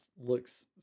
looks